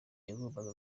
yagombaga